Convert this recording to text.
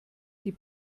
die